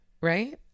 right